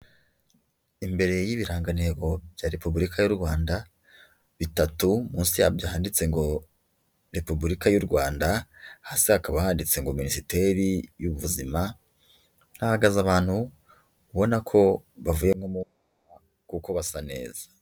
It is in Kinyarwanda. Imbere y'ibirangantego bya Repubulika y'u Rwanda bitatu, munsi yabyo handitse ngo Repubulika y'u Rwanda, hasi hakaba handitse ngo Minisiteri y'Ubuzima, hahagaze abantu ubona ko bavuye nko mu nama kuko basa neza.